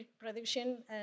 production